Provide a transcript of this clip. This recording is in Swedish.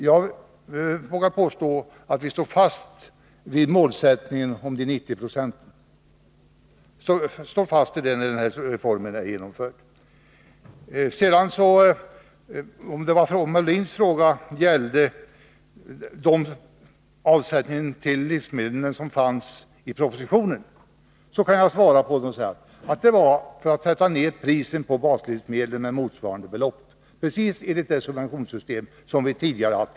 Jag vågar påstå att vi står fast vid målsättningen att 9090 av de heltidsarbetande skall ha högst 50 26 i marginalskatt när reformen är genomförd. Om Björn Molins fråga gällde den avsättning till livsmedel som föreslås i propositionen kan jag svara på den och säga att det föreslogs för att sätta ned priserna på baslivsmedlen med motsvarande belopp, i enlighet med det subventionssystem vi tidigare haft.